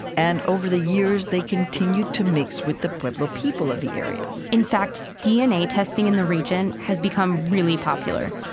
and over the years, they continued to mix with the pueblo people of the area in fact, dna testing in the region has become really popular,